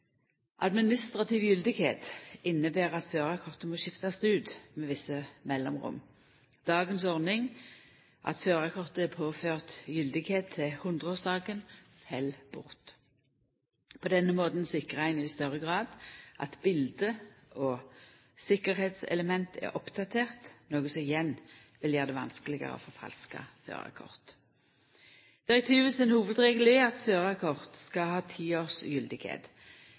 Administrativ gyldigheit inneber at førarkortet må skiftast ut med visse mellomrom. Dagens ordning, at førarkortet er påført gyldigheit til 100-årsdagen, fell bort. På denne måten sikrar ein i større grad at bilete og tryggleikselement er oppdaterte, noko som igjen vil gjera det vanskelegare å forfalska førarkort. Direktivet sin hovudregel er at førarkort skal ha ti års